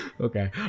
Okay